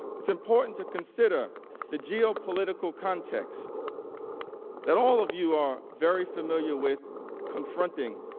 it's important to consider the geopolitical context that all of you are very familiar with confronting